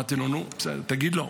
אמרתי לו: נו, בסדר, תגיד לו.